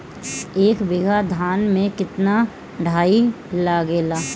एक बीगहा धान में केतना डाई लागेला?